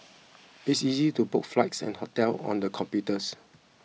it is easy to book flights and hotels on the computers